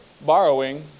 borrowing